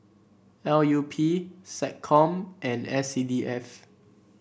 L U P SecCom and S C D F